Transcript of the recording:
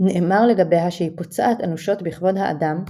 נאמר לגביה שהיא "פוצעת אנושות בכבוד האדם"...